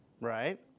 right